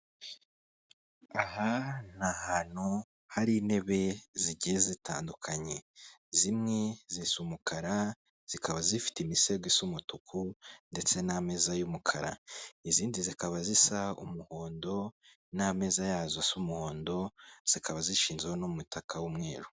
Aha ni ahantutu hari intebe zigiye zitandukanye zimwe zisa umukara zikaba zifite imisego isa umutuku ndetse n'ameza y'umukara izindi zikaba zisa umuhondo n'ameza yazo z'umuhondo zikaba zishinzeho n'umutaka w'umweru.